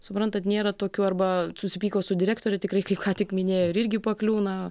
suprantat nėra tokių arba susipyko su direktore tikrai kaip ką tik minėjo ir irgi pakliūna